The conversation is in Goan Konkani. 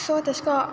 सो तेशे को